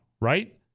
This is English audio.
Right